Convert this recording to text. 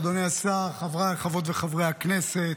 אדוני השר, חבריי חברות וחברי הכנסת,